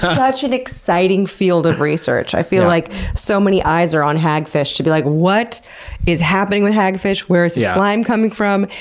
um such an exciting field of research, i feel like so many eyes are on hagfish, to be like, what is happening with hagfish? where is the slime coming from?